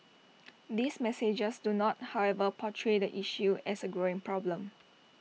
these messages do not however portray the issue as A growing problem